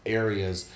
areas